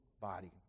body